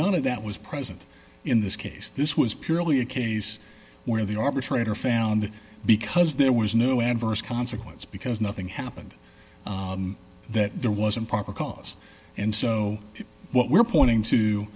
none of that was present in this case this was purely a case where the arbitrator found because there was no adverse consequence because nothing happened that there was improper cause and so what we're pointing to